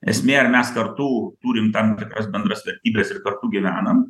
esmė ar mes kartu turim tam tikras bendras vertybes ir kartu gyvenam